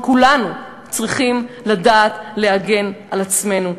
וכולנו צריכים לדעת להגן על עצמנו,